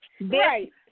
Right